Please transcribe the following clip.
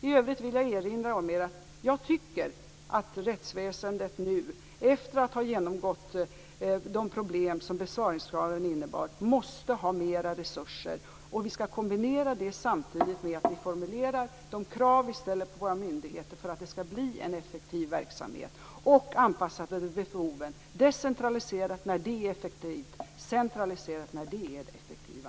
I övrigt vill jag erinra om att jag tycker att rättsväsendet nu, efter att ha genomgått de problem som besparingskraven innebar, måste ha mer resurser. Vi skall kombinera detta med att samtidigt formulera de krav vi ställer på myndigheterna för att det skall bli en effektiv verksamhet. Behoven skall anpassas så att man decentraliserar när det är effektivt och centraliserar när det är det effektiva.